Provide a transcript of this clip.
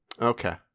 Okay